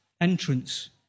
entrance